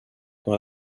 dans